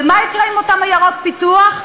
ומה יקרה עם אותן עיירות פיתוח?